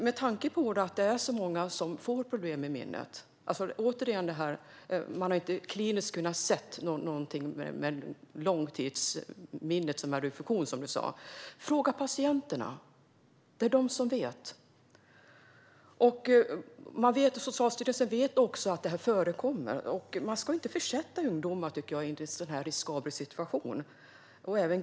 Med tanke på att det är så många som har fått problem med minnet - även om man inte kliniskt har kunnat se något med långtidsminnet, som är ur funktion - måste man fråga patienterna. Det är ju de som vet. Socialstyrelsen vet också att detta förekommer. Jag tycker inte att man ska försätta ungdomar i en sådan riskabel situation.